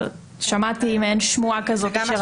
אבל שמעתי מעין שמועה כזאת.